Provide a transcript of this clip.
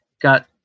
Got